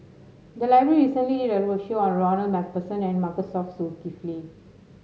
the library recently did a roadshow on Ronald MacPherson and Masagos Zulkifli